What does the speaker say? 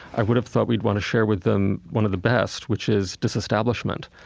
i would have thought we'd want to share with them one of the best, which is disestablishment.